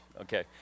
okay